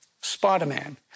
Spider-Man